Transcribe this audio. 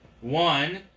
One